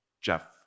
Jeff